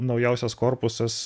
naujausias korpusas